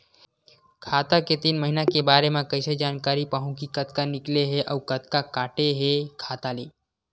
खाता के तीन महिना के बारे मा कइसे जानकारी पाहूं कि कतका निकले हे अउ कतका काटे हे खाता ले?